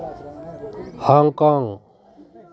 Hong Kong